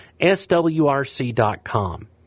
swrc.com